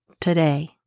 today